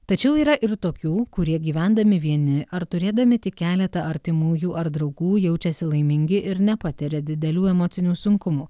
tačiau yra ir tokių kurie gyvendami vieni ar turėdami tik keletą artimųjų ar draugų jaučiasi laimingi ir nepatiria didelių emocinių sunkumų